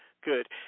Good